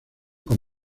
con